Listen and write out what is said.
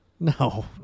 No